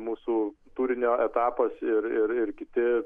mūsų turinio etapas ir ir ir kiti